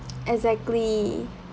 exactly